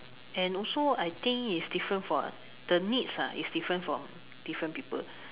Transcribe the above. and also I think is different for uh the needs ah is different from different people